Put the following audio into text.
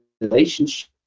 relationship